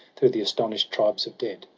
through the astonish'd tribes of dead,